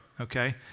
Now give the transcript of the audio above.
okay